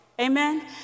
Amen